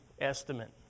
estimate